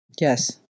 Yes